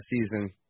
season